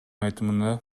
айтымында